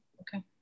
Okay